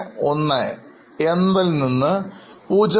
31 നിന്ന് 0